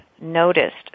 noticed